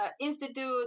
Institute